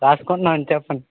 రాసుకుంటున్నానండి చెప్పండి